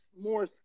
more